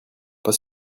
pas